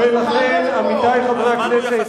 לכן, עמיתי חברי הכנסת,